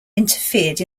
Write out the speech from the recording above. interfered